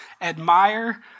admire